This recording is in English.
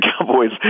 Cowboys